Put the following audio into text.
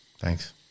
Thanks